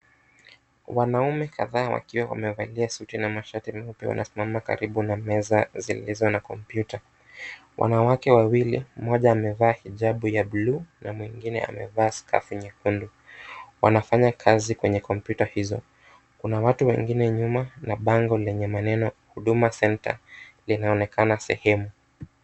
Wanaume kadha wakiwa wamevalia suti na mashati meupe wanasimama karibu na meza zilizo na kompyuta. Wanawake wawili, mmoja amevaa hijabu ya buluu na mwingine amevaa skafu nyekundu, wanafanya kazi kwenye kompyuta hizo, kuna watu wengine nyuma na bango lenye maneno Huduma center linaonekana sehemu.